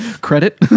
credit